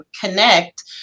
Connect